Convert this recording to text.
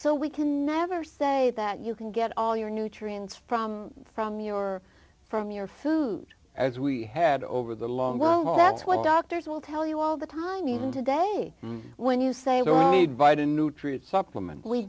so we can never say that you can get all your nutrients from from your from your food as we had over the long haul that's what doctors will tell you all the time even today when you say we're vita nutrients supplement we